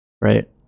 right